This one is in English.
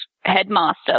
headmaster